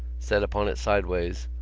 set upon it sideways,